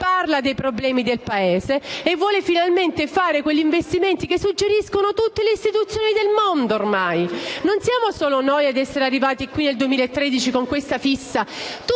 parla dei problemi del Paese e vuole finalmente fare quegli investimenti che ormai suggeriscono tutte le istituzioni nel mondo. Non siamo solo noi a essere arrivati qui nel 2013 con questa fissa: